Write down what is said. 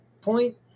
point